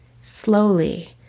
Slowly